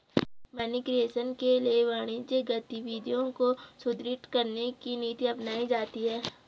money creation के लिए वाणिज्यिक गतिविधियों को सुदृढ़ करने की नीति अपनाई जाती है